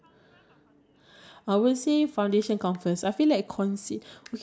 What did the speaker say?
let it dry then go one another pump I think I think if it's for